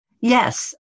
Yes